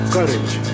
Courage